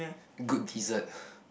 good dessert